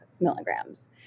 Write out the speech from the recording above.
milligrams